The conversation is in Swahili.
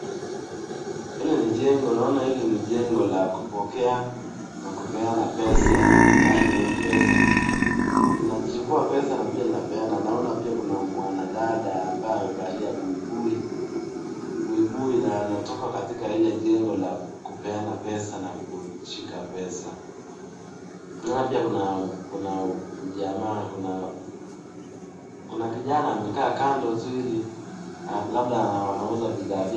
Hili ni jengo naona ili ni jengo la kupokea na kupeana pesa yani mpesa. Inachukua pesa na inapeana, naona pia kuna mwanadada ambaye amevalia buibui na anatoka katika ile jengo la kupeana pesa na kushika pesa, naona pia kuna mjama...kuna kijana amekaa kando ili.. labda wanauza bidhaa vya..